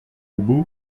ubu